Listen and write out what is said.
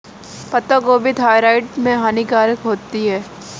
पत्ता गोभी थायराइड में हानिकारक होती है